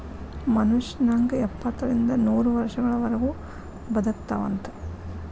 ಮನುಷ್ಯ ನಂಗ ಎಪ್ಪತ್ತರಿಂದ ನೂರ ವರ್ಷಗಳವರಗು ಬದಕತಾವಂತ